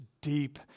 deep